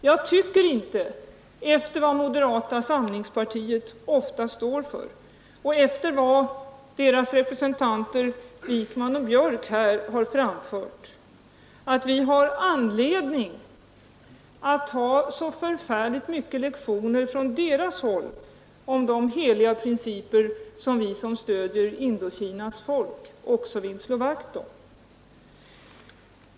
Med tanke på vad moderata samlingspartiet ofta står för och efter vad dess representanter herr Wijkman och herr Björck här har framfört, tycker jag inte att vi har anledning att ta så förfärligt många lektioner från deras håll om de heliga principer som vi som stöder Indokinas folk vill slå vakt om.